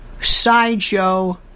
Sideshow